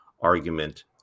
argument